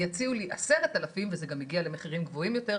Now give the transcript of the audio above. יציעו לי 10 אלף וזה גם יגיע למחירים גבוהים יותר,